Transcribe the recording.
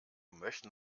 möchten